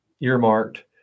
earmarked